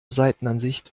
seitenansicht